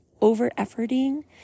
over-efforting